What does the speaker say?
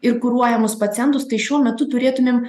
ir kuruojamus pacientus tai šiuo metu turėtumėm